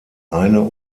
eine